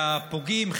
והפוגעים,